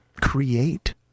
create